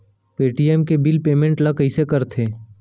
Paytm के bill payment ल कइसे करथे?